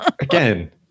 Again